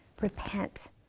Repent